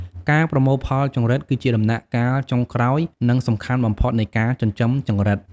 ការប្រមូលផលចង្រិត គឺជាដំណាក់កាលចុងក្រោយ និងសំខាន់បំផុតនៃការចិញ្ចឹមចង្រិត។